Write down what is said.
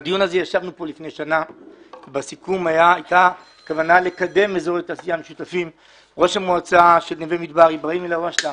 אנחנו ברהט סיימנו עכשיו תוכנית מתאר רהט 2040